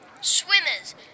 Swimmers